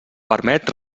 permet